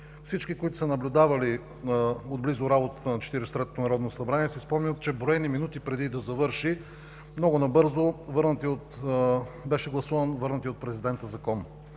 Всички, които са наблюдавали отблизо работата на Четиридесет и третото народно събрание си спомнят, че броени минути преди да завърши, много набързо беше гласуван върнатият от президента Закон.